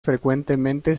frecuentemente